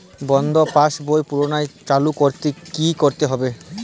বন্ধ পাশ বই পুনরায় চালু করতে কি করতে হবে?